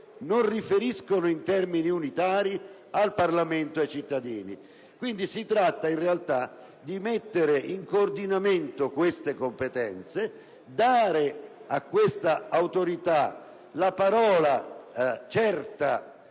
non riferiscono in termini unitari al Parlamento e ai cittadini. Si tratta, in realtà, di mettere in coordinamento queste competenze e di dare a questa Autorità la parola certa